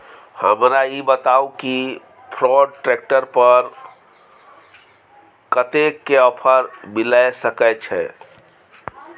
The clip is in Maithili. हमरा ई बताउ कि फोर्ड ट्रैक्टर पर कतेक के ऑफर मिलय सके छै?